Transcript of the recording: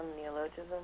neologism